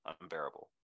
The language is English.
unbearable